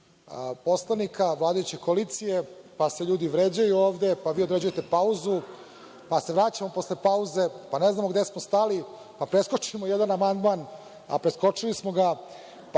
strane vladajuće koalicije, pa se ljudi vređaju ovde, pa vi određujete pauzu, pa se vraćamo posle pauze, pa ne znamo gde smo stali, pa preskočimo jedan amandman, a preskočili smo ga, pa